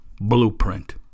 blueprint